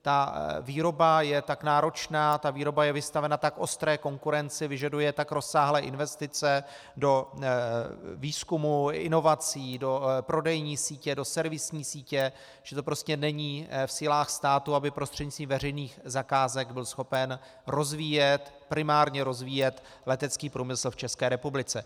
Ta výroba je tak náročná, je vystavena tak ostré konkurenci, vyžaduje tak rozsáhlé investice do výzkumu, inovací, do prodejní sítě, do servisní sítě, že to prostě není v silách státu, aby prostřednictvím veřejných zakázek byl schopen primárně rozvíjet letecký průmysl v České republice.